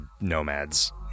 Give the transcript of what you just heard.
nomads